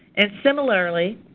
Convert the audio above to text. and similarly,